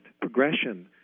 progression